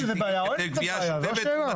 יהיה כתוב גבייה שוטפת.